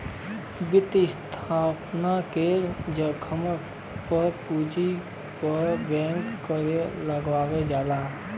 वित्तीय संस्थान के जोखिम पे पूंजी पे बैंक कर लगावल जाला